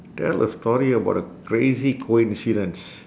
tell a story about a crazy coincidence